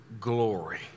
glory